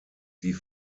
die